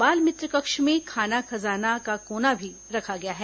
बाल मित्र कक्ष में खाना खजाना का कोना भी रखा गया है